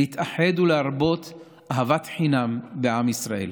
להתאחד ולהרבות אהבת חינם בעם ישראל.